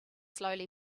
slowly